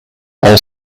all